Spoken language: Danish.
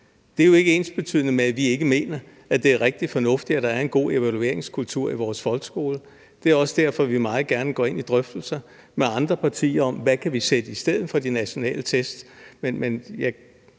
Det er jo ikke ensbetydende med, at vi ikke mener, at det er rigtig fornuftigt, at der er en god evalueringskultur i vores folkeskole. Det er også derfor, vi meget gerne går ind i drøftelser med andre partier om, hvad vi kan sætte i stedet for de nationale tests.